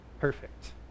perfect